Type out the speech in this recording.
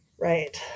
right